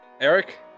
Eric